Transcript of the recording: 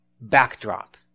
backdrop